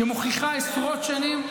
שמוכיחה עשרות שנים,